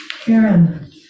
Karen